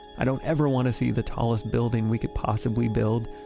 i don't ever want to see the tallest building we could possibly build.